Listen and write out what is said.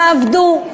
יעבדו,